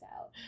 out